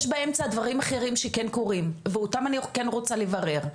יש באמצע דברים אחרים שכן קורים ואותם אני כן רוצה לברר.